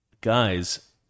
Guys